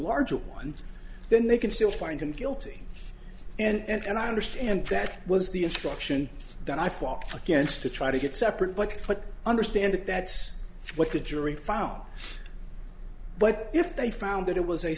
larger one then they can still find him guilty and i understand that was the instruction that i fought against to try to get separate but understand that that's what the jury found but if they found that it was a